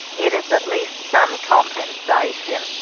it is at least some compensation.